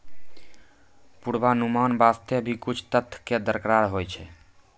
पुर्वानुमान वास्ते भी कुछ तथ्य कॅ दरकार होय छै